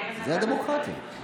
זאת הדמוקרטיה.